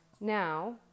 now